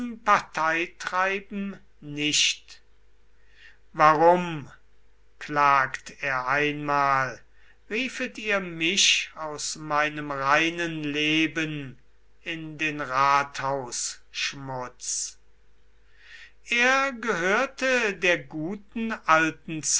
parteitreiben nicht warum klagt er einmal riefet ihr mich aus meinem reinen leben in den rathausschmutz er gehörte der guten alten